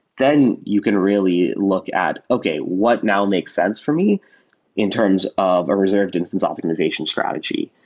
then you can really look at, okay, what now makes sense for me in terms of a reserved instance optimization strategy?